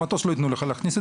למטוס לא יתנו לך להכניס,